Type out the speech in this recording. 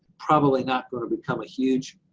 probably not going to become a huge,